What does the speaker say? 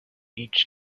each